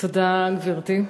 תודה, גברתי.